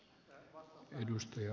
arvoisa puhemies